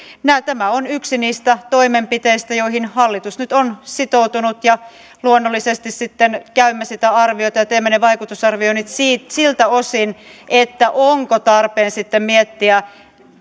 tämä on yksi niistä toimenpiteistä joihin hallitus nyt on sitoutunut ja luonnollisesti sitten käymme sitä arviota ja teemme ne vaikutusarvioinnit siltä osin onko tarpeen sitten miettiä